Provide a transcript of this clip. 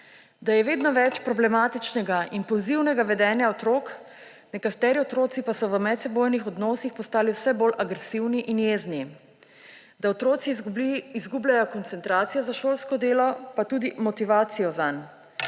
da je vedno več problematičnega impulzivnega vedenja otrok, nekateri otroci pa so v medsebojnih odnosih postali vse bolj agresivni in jezni; da otroci izgubljajo koncentracijo za šolsko delo pa tudi motivacijo zanj.